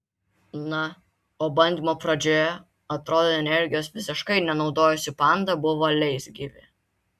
na o bandymo pradžioje atrodo energijos visiškai nenaudojusi panda buvo leisgyvė